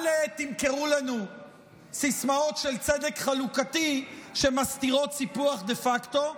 אל תמכרו לנו סיסמאות של צדק חלוקתי שמסתירות סיפוח דה פקטו.